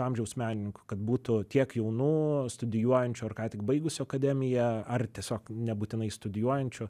amžiaus menininkų kad būtų tiek jaunų studijuojančių ar ką tik baigusių akademiją ar tiesiog nebūtinai studijuojančių